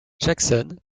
jackson